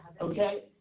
Okay